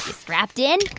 strapped in?